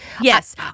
Yes